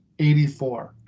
84